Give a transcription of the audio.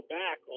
back